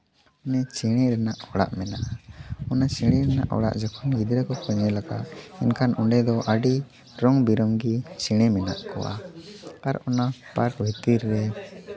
ᱢᱟᱱᱮ ᱪᱮᱬᱮ ᱨᱮᱱᱟᱜ ᱚᱲᱟᱜ ᱢᱮᱱᱟᱜᱼᱟ ᱚᱱᱟ ᱪᱮᱬᱮ ᱨᱮᱱᱟᱜ ᱚᱲᱟᱜ ᱡᱚᱠᱷᱚᱱ ᱜᱤᱫᱽᱨᱟᱹ ᱠᱚᱠᱚ ᱧᱮᱞ ᱠᱟᱜᱼᱟ ᱮᱱᱠᱷᱟᱱ ᱚᱸᱰᱮ ᱫᱚ ᱟᱹᱰᱤ ᱨᱚᱝ ᱵᱮᱨᱚᱝᱜᱤ ᱪᱮᱬᱮ ᱢᱮᱱᱟᱜ ᱠᱚᱣᱟ ᱟᱨ ᱚᱱᱟ ᱯᱟᱨᱠ ᱵᱷᱤᱛᱤᱨ ᱨᱮ